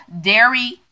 dairy